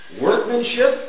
workmanship